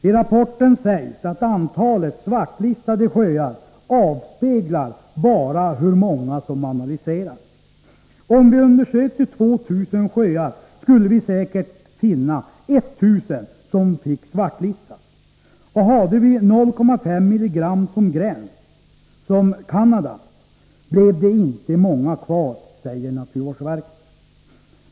I rapporten sägs att antalet svartlistade sjöar bara avspeglar hur många som analyserats. Om vi undersökte 2 000 sjöar, skulle vi säkert finna 1 000 som fick svartlistas, och hade vi 0,5 mg som gräns, liksom Canada, blev det inte många kvar, säger naturvårdsverket.